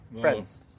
friends